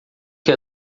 que